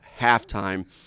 halftime